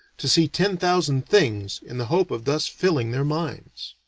to see ten thousand things in the hope of thus filling their minds.